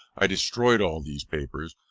i destroyed all these papers,